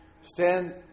Stand